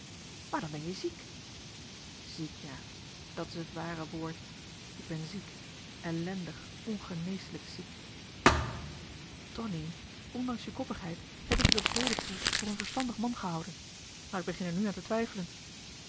maar dan ben je ziek ziek ja dat is het ware woord ik ben ziek ellendig ongeneselijk ziek tonie ondanks je koppigheid heb ik je tot heden toe voor een verstandig man gehouden maar ik begin er nu aan te twijfelen